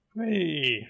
Hey